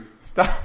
Stop